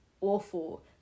awful